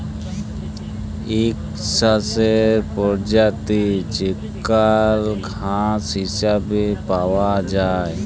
ইক শস্যের পরজাতি যেগলা ঘাঁস হিছাবে পাউয়া যায়